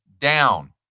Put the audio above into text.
down